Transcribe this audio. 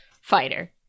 fighter